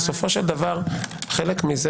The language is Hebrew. בסופו של דבר חלק מזה